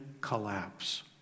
collapse